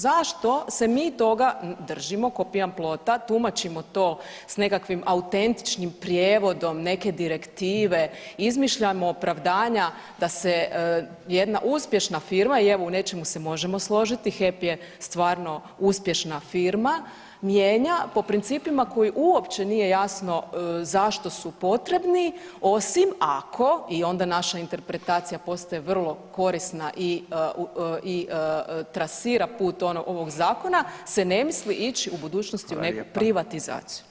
Zašto se mi toga držimo ko pijan plota, tumačimo to s nekakvim autentičnim prijevodom neke direktive, izmišljamo opravdanja da se jedna uspješna firma i evo u nečemu se možemo složiti HEP je stvarno uspješna firma, mijenja po principima koji uopće nije jasno zašto su potrebni osim ako i onda naša interpretacija postaje vrlo korisna i trasira put ovog zakona se ne misli ići u budućnosti u neku [[Upadica: Hvala lijepa.]] privatizaciju.